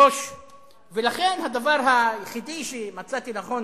לכן הדבר היחידי שמצאתי לנכון